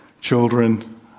children